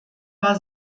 war